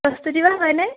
প্ৰস্তুতি বা হয়নে